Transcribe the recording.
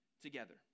together